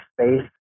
space